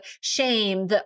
shame